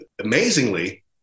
amazingly